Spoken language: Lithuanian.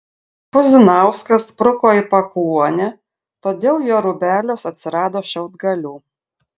puzinauskas spruko į pakluonę todėl jo rūbeliuos atsirado šiaudgalių